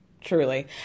truly